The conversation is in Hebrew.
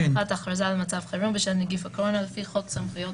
"הארכת הכרזה על מצב חירום בשל נגיף הקורונהלפי חוק סמכויות